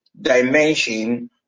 dimension